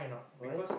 what